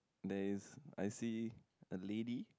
there is I see a lady